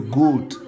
good